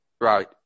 Right